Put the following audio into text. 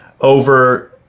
over